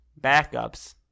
backups